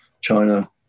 China